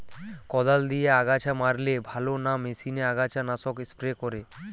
কদাল দিয়ে আগাছা মারলে ভালো না মেশিনে আগাছা নাশক স্প্রে করে?